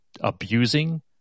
abusing